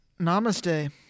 Namaste